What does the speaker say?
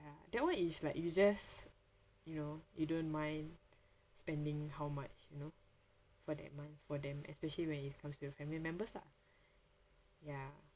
that [one] is like you just you know you don't mind spending how much you know for that month for them especially when it comes to your family members lah ya